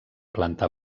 planta